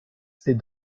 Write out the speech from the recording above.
c’est